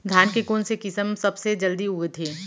धान के कोन से किसम सबसे जलदी उगथे?